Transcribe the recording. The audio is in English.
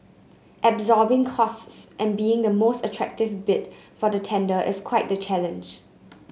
absorbing costs and being the most attractive bid for the tender is quite the challenge